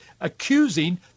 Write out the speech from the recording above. accusing